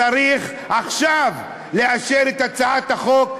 צריך עכשיו לאשר את הצעת החוק,